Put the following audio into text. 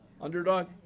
Underdog